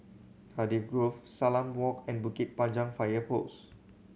Cardiff Grove Salam Walk and Bukit Panjang Fire Post